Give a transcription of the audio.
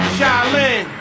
Shaolin